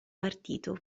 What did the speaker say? partito